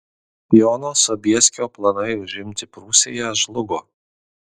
jono sobieskio planai užimti prūsiją žlugo